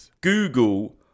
Google